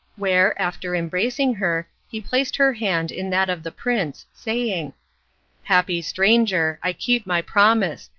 where, after embracing her, he placed her hand in that of the prince, saying happy stranger, i keep my promise,